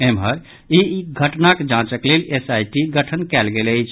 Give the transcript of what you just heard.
एम्हर ई घटनाक जांचक लेल एसआईटी गठन कयल गेल अछि